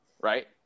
right